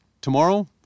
tomorrow